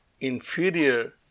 inferior